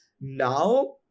now